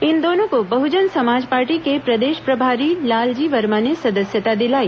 इन दोनों को बहुजन समाज पार्टी के प्रदेश प्रभारी लालजी वर्मा ने सदस्यता दिलाई